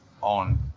on